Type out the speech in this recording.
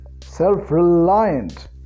self-reliant